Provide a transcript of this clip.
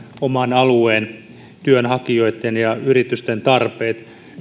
oman alueen työnhakijoitten ja yritysten tarpeet